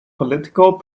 political